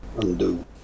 undo